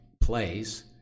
plays